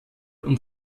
und